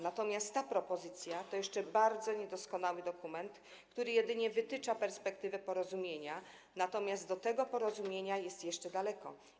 Natomiast ta propozycja to jeszcze bardzo niedoskonały dokument, który jedynie wytycza perspektywę porozumienia, natomiast do tego porozumienia jest jeszcze daleko.